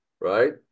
right